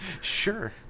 Sure